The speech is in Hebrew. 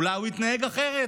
אולי הוא יתנהג אחרת,